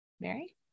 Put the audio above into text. Mary